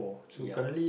ya